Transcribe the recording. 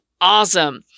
awesome